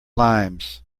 limes